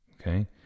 okay